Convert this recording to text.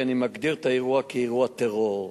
מגדיר את האירוע כאירוע טרור.